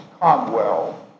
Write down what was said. Conwell